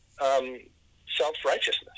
self-righteousness